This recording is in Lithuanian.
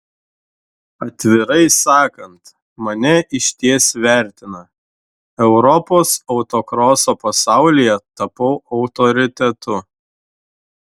atvirai sakant mane išties vertina europos autokroso pasaulyje tapau autoritetu